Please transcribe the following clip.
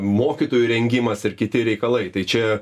mokytojų rengimas ir kiti reikalai tai čia